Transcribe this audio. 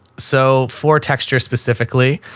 so for texture specifically,